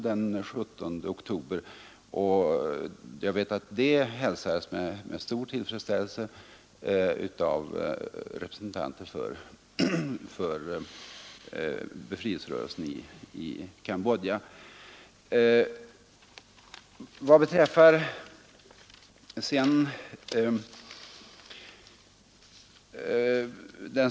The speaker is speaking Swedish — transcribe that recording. Jag vet att detta ställningstagande hälsades med stor tillfredsställelse av representanter för befrielserörelsen i Cambodja.